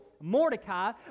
Mordecai